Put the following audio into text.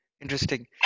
Interesting